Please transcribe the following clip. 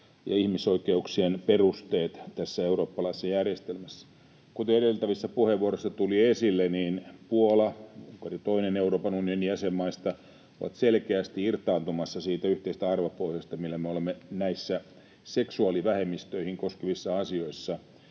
ja ihmisoikeuksien perusteet tässä eurooppalaisessa järjestelmässä. Kuten edeltävissä puheenvuoroissa tuli esille, niin Puola ja Unkari, toinen Euroopan unionin jäsenmaa, ovat selkeästi irtaantumassa siitä yhteisestä arvopohjasta, mikä meillä on näissä seksuaalivähemmistöjä koskevissa asioissa,